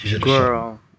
Girl